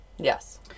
Yes